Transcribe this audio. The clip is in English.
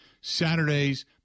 Saturdays